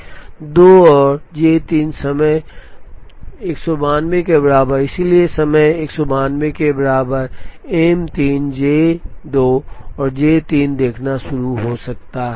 2 और J 3 समय 192 के बराबर इसलिए समय 192 के बराबर M 3 J 2 और J 3 देखना शुरू कर सकता है